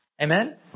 Amen